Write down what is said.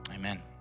Amen